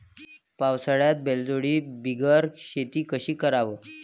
पावसाळ्यात बैलजोडी बिगर शेती कशी कराव?